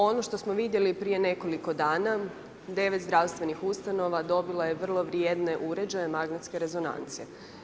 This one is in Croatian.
Ono što smo vidjeli prije nekoliko dana, 9 zdravstvenih ustanova dobilo je vrlo vrijedne uređaje magnetske rezonance.